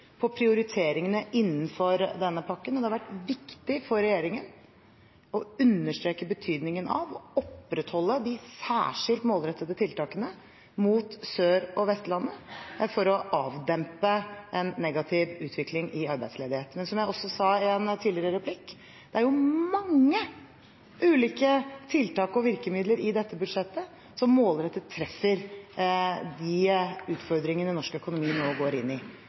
på prioriteringene innenfor denne pakken, og det har vært viktig for regjeringen å understreke betydningen av å opprettholde de særskilt målrettede tiltakene mot Sør- og Vestlandet for å avdempe en negativ utvikling i arbeidsledigheten. Og som jeg også sa i en tidligere replikk: Det er jo mange ulike tiltak og virkemidler i dette budsjettet som målrettet treffer de utfordringene norsk økonomi nå